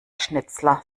schnitzler